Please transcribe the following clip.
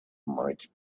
might